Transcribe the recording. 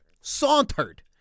sauntered